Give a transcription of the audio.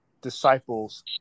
disciples